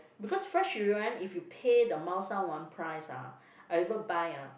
because fresh durian if you pay the Mao-Shan-Wang price ah I even buy ah